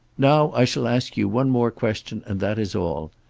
now i shall ask you one more question, and that is all.